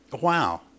Wow